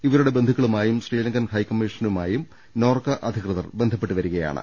ഇവരുടെ ബന്ധുക്കളുമായും ശ്രീലങ്കൻ ഹൈക്കമ്മീഷണ റുമായും നോർക്ക അധികൃതർ ബന്ധപ്പെട്ടുവരികയാണ്